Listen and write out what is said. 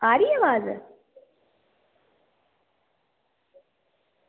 आ रही ऐ आवाज़